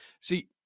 See